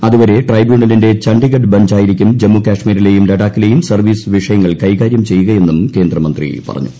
അതുവരെ ട്രൈബ്യൂണലിന്റെ ഛണ്ഡിഗഡ് ബഞ്ചായിരിക്കും ജമ്മു കശ്മീരിലെയും ലഡാക്കിലെയും സർവ്വീസ് വിഷയങ്ങൾ കൈകാര്യം ചെയ്യുകയെന്നും കേന്ദ്രമന്ത്രി പറഞ്ഞു